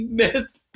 missed